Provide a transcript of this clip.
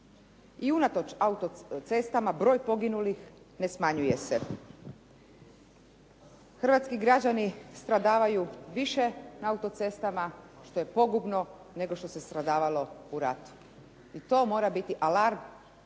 i unatoč autocestama broj poginulih ne smanjuje se. Hrvatski građani stradavaju više na autocestama što je pogubno nego što se stradavalo u ratu, i to mora biti alarm